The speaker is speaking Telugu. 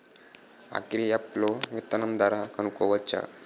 అగ్రియాప్ లో విత్తనం ధర కనుకోవచ్చా?